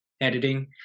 editing